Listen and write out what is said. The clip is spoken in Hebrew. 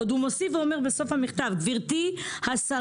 עוד הוא מוסיף ואומר בסוף המכתב: גברתי השרה,